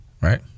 right